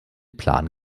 plan